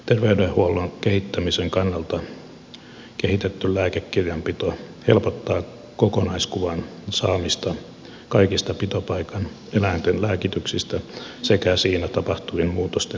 terveydenhuollon kehittämisen kannalta kehitetty lääkekirjanpito helpottaa kokonaiskuvan saamista kaikista pitopaikan eläinten lääkityksistä sekä siinä tapahtuvien muutosten seurantaa